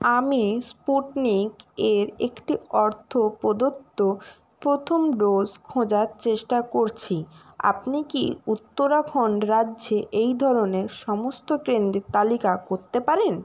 আমি স্পুটনিক এর একটি অর্থ প্রদত্ত প্রথম ডোজ খোঁজার চেষ্টা করছি আপনি কি উত্তরাখণ্ড রাজ্যে এই ধরনের সমস্ত কেন্দ্রের তালিকা করতে পারেন